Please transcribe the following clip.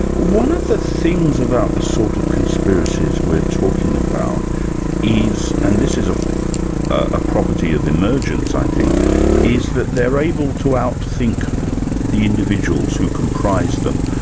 one of the things about the sort of conspiracies we're talking about is and this is a ah property of emergence i think is that they're able to out-think the individuals who comprise them.